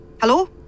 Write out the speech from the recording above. Hello